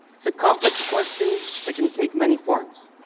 it's a complex question that can take many forms.